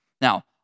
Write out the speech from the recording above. Now